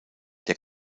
der